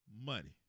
money